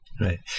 Right